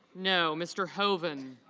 no. mr. hoven